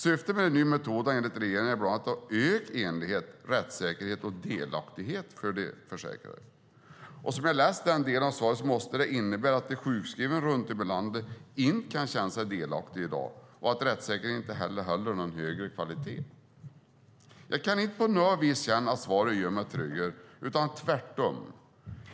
Syftet med den nya metoden är enligt regeringen bland annat att öka enhetlighet, rättssäkerhet och delaktighet för de försäkrade. Som jag läste den delen av svaret måste det innebära att de sjukskrivna runt om i landet inte kan känna sig delaktiga i dag och att rättssäkerheten inte heller håller någon högre kvalitet. Jag kan inte på något vis känna att svaret gör mig tryggare utan tvärtom.